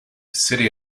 city